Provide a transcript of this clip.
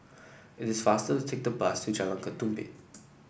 it is faster to take the bus to Jalan Ketumbit